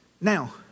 Now